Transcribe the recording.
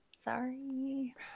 sorry